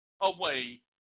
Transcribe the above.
away